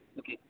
okay